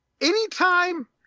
Anytime